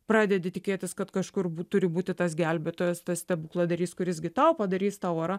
pradedi tikėtis kad kažkur turi būti tas gelbėtojas tas stebukladarys kuris gi tau padarys tą orą